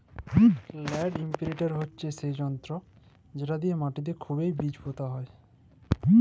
land ইমপিরিলটর হছে সেই জলতর্ যেট দিঁয়ে মাটিতে খুবই বীজ পুঁতা হয়